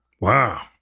Wow